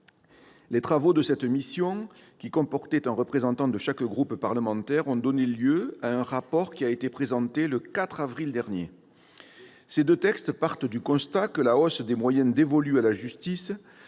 Les travaux de cette mission, qui comportait un représentant de chaque groupe parlementaire, ont donné lieu à un rapport présenté le 4 avril dernier. Ces deux textes partent du constat que la hausse des moyens dévolus à la justice,